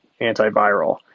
antiviral